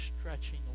stretching